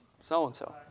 so-and-so